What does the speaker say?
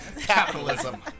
Capitalism